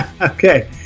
Okay